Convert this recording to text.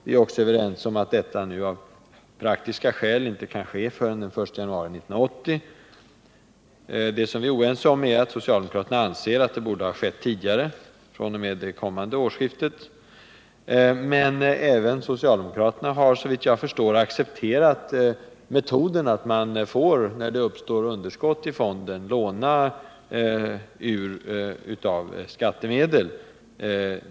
Vi är också ense om att detta av praktiska skäl inte kan ske förrän den 1 januari 1980. Det som vi är oense om är att socialdemokraterna anser att det borde ha skett tidigare, fr.o.m. det kommande årsskiftet. Men även socialdemokraterna har såvitt jag förstår accepterat arbetsmetoden att man, när det uppstår underskott i fonden, får låna av skattemedel.